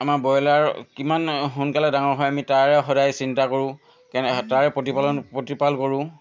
আমাৰ বইলাৰ কিমান সোনকালে ডাঙৰ হয় আমি তাৰে সদায় চিন্তা কৰোঁ কেনে তাৰ প্ৰতিপালন প্ৰতিপাল কৰোঁ